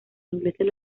ingleses